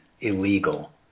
illegal